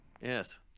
Yes